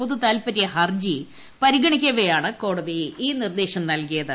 പൊതുതാൽപര്യ ഹർജി പരിഗണിക്കവേയാണ് കോടതി ഈ നിർദ്ദേശം നൽകിയത്